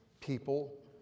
people